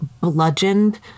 bludgeoned